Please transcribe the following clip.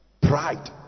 pride